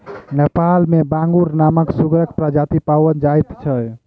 नेपाल मे बांगुर नामक सुगरक प्रजाति पाओल जाइत छै